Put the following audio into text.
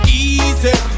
easy